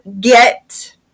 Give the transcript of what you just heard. get